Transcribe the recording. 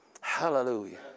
Hallelujah